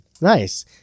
Nice